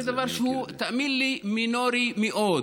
זה דבר שתאמין לי, הוא מינורי מאוד.